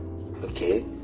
okay